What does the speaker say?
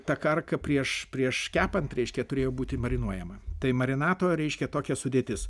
ta karka prieš prieš kepant reiškia turėjo būti marinuojama tai marinato reiškia tokia sudėtis